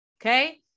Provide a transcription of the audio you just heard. okay